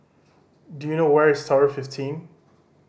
do you know where is Tower fifteen